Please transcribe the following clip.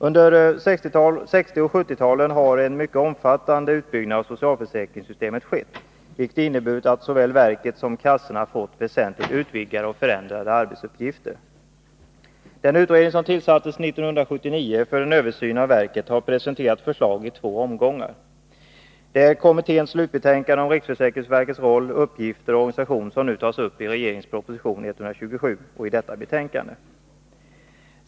Under 1960 och 1970-talen har en mycket omfattande utbyggnad av socialförsäkringssystemet skett, vilket inneburit att såväl verket som kassorna fått väsentligt utvidgade och förändrade arbetsuppgifter. Den utredning som tillsattes 1979 för en översyn av verket har presenterat förslag i två omgångar. Det är kommitténs slutbetänkande om riksförsäkringsverkets roll, uppgifter och organisation som nu tas upp i regeringens proposition 127 och i betänkandet.